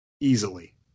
easily